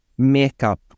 makeup